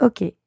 Ok